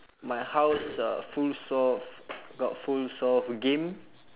my house uh fulls of got fulls of game